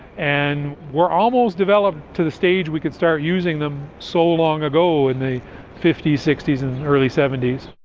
and were almost developed to the stage we could start using them so long ago, in the fifty s, sixty s, and early seventy s.